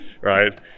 right